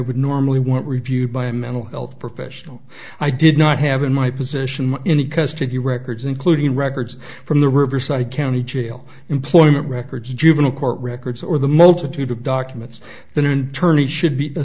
would normally want reviewed by a mental health professional i did not have in my position in the custody records including records from the riverside county jail employment records juvenile court records or the multitude of documents the noon tourney should be a